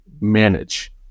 manage